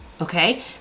Okay